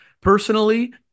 Personally